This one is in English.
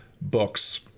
books